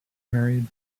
married